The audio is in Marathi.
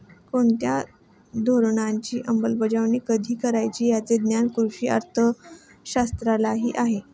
कोणत्या धोरणाची अंमलबजावणी कधी करायची याचे ज्ञान कृषी अर्थशास्त्रातही आहे